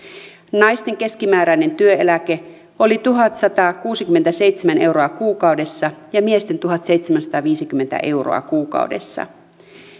naisten keskimääräinen työeläke oli tuhatsatakuusikymmentäseitsemän euroa kuukaudessa ja miesten tuhatseitsemänsataaviisikymmentä euroa kuukaudessa